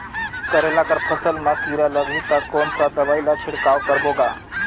करेला कर फसल मा कीरा लगही ता कौन सा दवाई ला छिड़काव करबो गा?